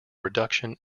reduction